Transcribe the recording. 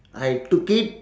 I took it